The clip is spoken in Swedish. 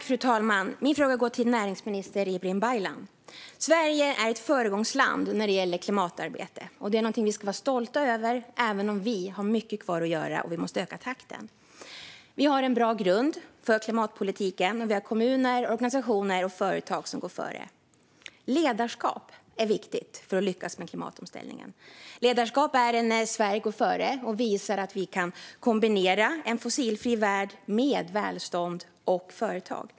Fru talman! Min fråga går till näringsminister Ibrahim Baylan. Sverige är ett föregångsland när det gäller klimatarbete. Det är någonting vi ska vara stolta över, även om vi har mycket kvar att göra och måste öka takten. Vi har en bra grund för klimatpolitiken. Vi har kommuner, organisationer och företag som går före. Ledarskap är viktigt för att lyckas med klimatomställningen. Ledarskap är när Sverige går före och visar att vi kan kombinera en fossilfri värld med välstånd och företag.